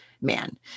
man